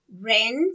rent